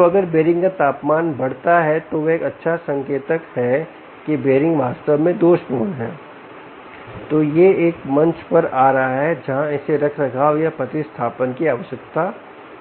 तो अगर बीयरिंग का तापमान पड़ता है तो वह एक अच्छा संकेतक है कि यह बीयरिंग वास्तव में दोषपूर्ण है या यह एक मंच पर आ रहा है जहां इसे रखरखाव या प्रतिस्थापन की आवश्यकता